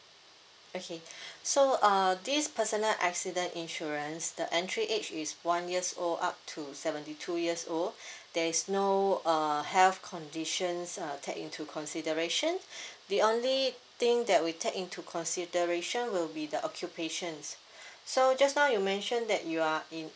okay so uh this personal accident insurance the entry age is one years old up to seventy two years old there is no err health conditions err take into consideration the only thing that we take into consideration will be the occupation so just now you mention that you are in